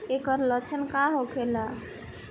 ऐकर लक्षण का होखेला?